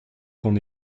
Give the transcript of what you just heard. qu’on